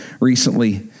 recently